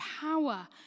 power